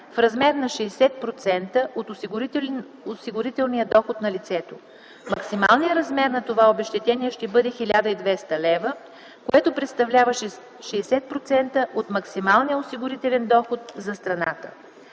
в размер на 60% от осигурителния доход на лицето. Максималният размер на това обезщетение ще бъде 1200 лв., което представлява 60% от максималния осигурителен доход за страната;